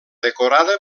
decorada